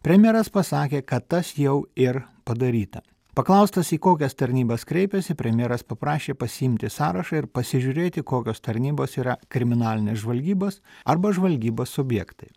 premjeras pasakė kad tas jau ir padaryta paklaustas į kokias tarnybas kreipėsi premjeras paprašė pasiimti sąrašą ir pasižiūrėti kokios tarnybos yra kriminalinės žvalgybos arba žvalgybos subjektai